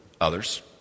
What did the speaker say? others